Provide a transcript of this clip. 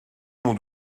mon